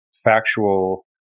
Factual